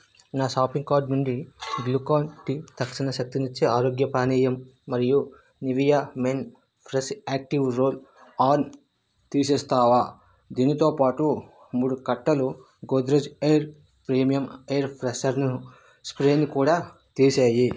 నా shopping card నుండి Glucon D తక్షణ శక్తిని ఇచ్చే ఆరోగ్య పానీయం మరియు Nivea men fresh active roll on తీసేస్తావా దినితోబాటు మూడు కట్టలు గోద్రెజ్ ఏర్ ప్రీమియం ఎయిర్ ఫ్రెషనర్ను స్ప్రేని కూడా తీసేయి